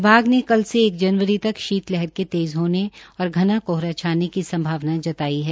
विभाग ने कल से एक जनवरी तक शीत लहर के तेज़ होने और घना कोहरा छाने की संभावना जताई है